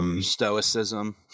Stoicism